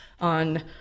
on